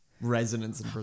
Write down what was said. resonance